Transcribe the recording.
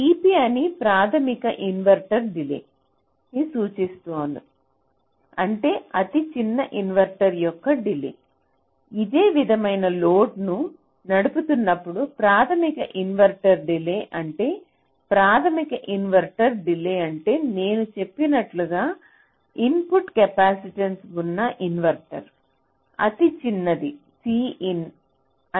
tp ని ప్రాథమిక inverter delay ని సూచిస్తారు అంటే అతి చిన్న ఇన్వర్టర్ యొక్క డిలే ఇదే విధమైన లోడ్ను నడుపుతున్నప్పుడు ప్రాథమిక ఇన్వర్టర్ డిలే అంటే ప్రాథమిక ఇన్వర్టర్ డిలే అంటే నేను చెప్పినట్లుగా ఇన్పుట్ కెపాసిటెన్స్ ఉన్న ఇన్వర్టర్ అతి చిన్నది Cin అని అనుకుంటాము